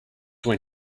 when